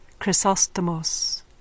Chrysostomos